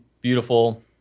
beautiful